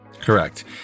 Correct